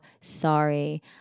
sorry